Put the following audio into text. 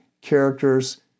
characters